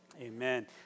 amen